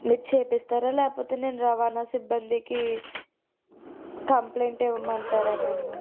మీరు చూపిస్తారా లేకపోతే నేను రవాణా సిబ్బందికి కంప్లైంట్ ఇవ్వమంటారా నన్ను